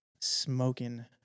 smoking